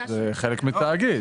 זה חלק מתאגיד.